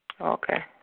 Okay